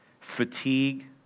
fatigue